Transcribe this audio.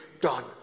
done